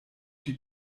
die